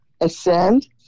ascend